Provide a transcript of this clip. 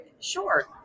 sure